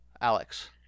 Alex